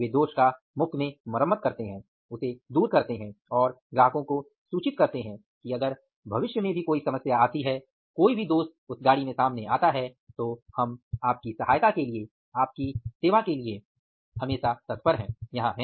वे दोष का मुफ्त में मरम्मत करते हैं और वे ग्राहक को सूचित करते हैं कि अगर भविष्य में भी कोई समस्या आती है कोई भी दोष सामने आता है हम आपकी सहायता के लिए आपकी सेवा करने के लिए यहां है